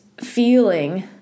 feeling